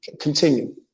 Continue